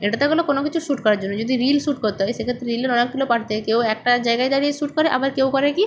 এটা তো গেল কোনো কিছু শুট করার জন্য যদি রিল শুট করতে হয় সেক্ষেত্রে রিলের অনেকগুলো পার্ট থাকে কেউ একটা জায়গায় দাঁড়িয়ে শুট করে আবার কেউ করে কী